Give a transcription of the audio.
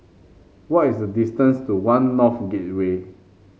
what is the distance to One North Gateway